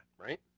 Right